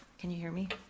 can you hear me?